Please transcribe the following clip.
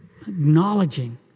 Acknowledging